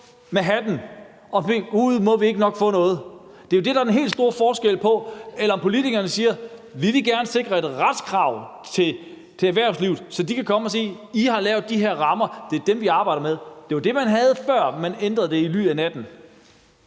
i hånden og sige: Gud, må vi ikke nok få noget? Det er jo det, der er den helt store forskel, set i forhold til, at politikerne siger, at man gerne vil sikre et retskrav for erhvervslivet, så de kan komme og sige: I har lavet de her rammer, og det er dem, vi arbejder med. Det var jo det, man havde, før man ændrede det i ly af natten.